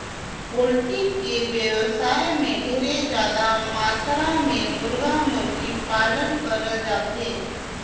poultry के बेवसाय में ढेरे जादा मातरा में मुरगा, मुरगी पालन करल जाथे